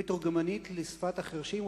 היא מתורגמנית לשפת החירשים,